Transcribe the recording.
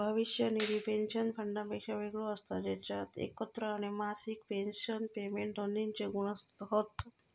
भविष्य निधी पेंशन फंडापेक्षा वेगळो असता जेच्यात एकत्र आणि मासिक पेंशन पेमेंट दोन्हिंचे गुण हत